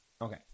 Okay